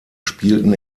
spielten